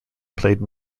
played